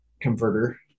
converter